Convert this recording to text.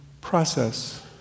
process